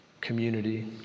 community